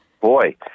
Boy